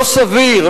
לא סביר,